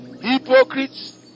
hypocrites